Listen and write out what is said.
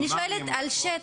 אני שואלת על שטח.